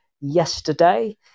yesterday